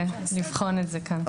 נבחן את זה כאן.